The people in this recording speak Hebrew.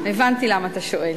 אה, הבנתי למה אתה שואל.